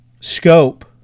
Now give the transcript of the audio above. scope